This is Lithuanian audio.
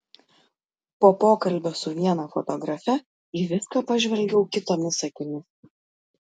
po pokalbio su viena fotografe į viską pažvelgiau kitomis akimis